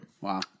Wow